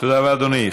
תודה רבה, אדוני.